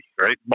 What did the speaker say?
right